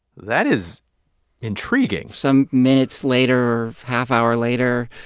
that is intriguing some minutes later or half hour later,